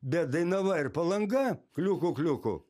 bet dainava ir palanga kliuku kliuku